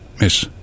Miss